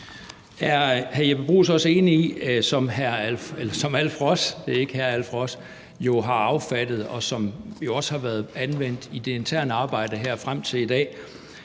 Er hr. Jeppe Bruus også enig i det, som Alf Ross har affattet, og som jo også har været anvendt i det interne arbejde her frem til i dag